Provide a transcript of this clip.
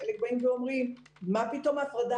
חלק באים ואומרים: מה פתאום ההפרדה